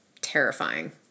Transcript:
terrifying